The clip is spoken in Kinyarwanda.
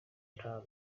nta